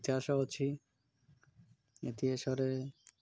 ଇତିହାସ ଅଛି ଇତିହାସରେ